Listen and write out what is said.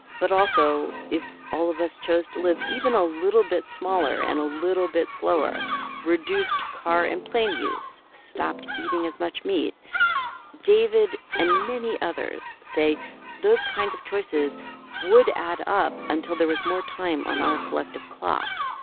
but also if all of us chose to live even a little bit smaller and a little bit slower reduced car and plane use stopped eating as much meat david and many others say those kinds of choices would add up until there was more time on our collective clock.